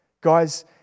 Guys